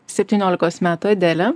septyniolikos metų adelė